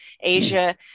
Asia